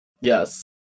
Yes